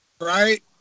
Right